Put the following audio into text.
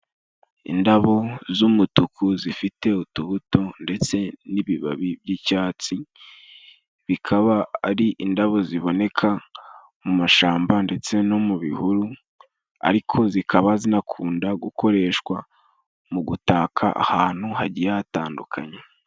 Indabo z'umutuku zifite utubuto ndetse n'ibibabi by'icyatsi, bikaba ari indabo ziboneka mu mashamba ndetse no mu bihuru, ariko zikaba zinakunda gukoreshwa mu gutaka ahantu hagiye hatandukanye.